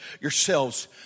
yourselves